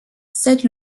cède